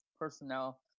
personnel